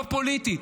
לא פוליטית,